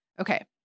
Okay